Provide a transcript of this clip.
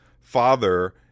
father